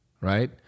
Right